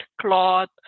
cloth